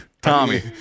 Tommy